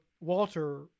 walter